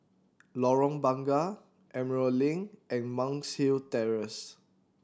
Lorong Bunga Emerald Link and Monk's Hill Terrace